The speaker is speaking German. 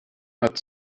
hat